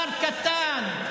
שר קטן.